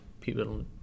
people